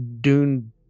Dune